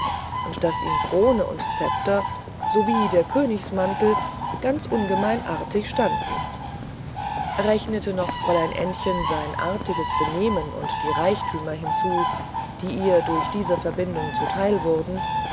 und daß ihm krone und zepter sowie der königsmantel ganz ungemein artig standen rechnete noch fräulein ännchen sein artiges benehmen und die reichtümer hinzu die ihr durch diese verbindung zuteil wurden